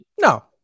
No